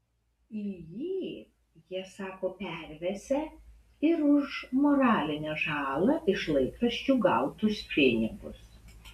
į jį jie sako pervesią ir už moralinę žalą iš laikraščių gautus pinigus